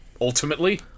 ultimately